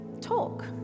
talk